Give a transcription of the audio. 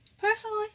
Personally